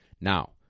Now